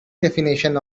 definition